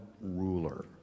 Ruler